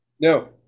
No